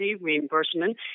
reimbursement